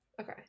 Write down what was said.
okay